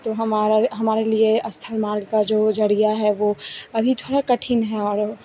तो हमारा हमारे लिए का जो जरिया है वो अभी थोड़ा कठिन है और